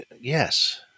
Yes